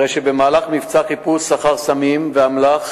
הרי שבמהלך מבצע חיפוש אחר סמים ואמל"ח